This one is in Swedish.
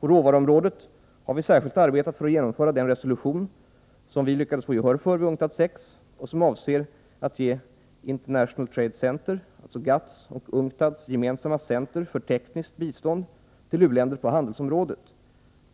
På råvaruområdet har vi särskilt arbetat för att genomföra den resolution som vi lyckades få gehör för vid UNCTAD VI och som avser att ge International Trade Center, GATT:s och UNCTAD:s gemensamma center för tekniskt bistånd till u-länder på handelsområdet,